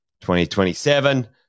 2027